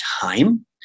time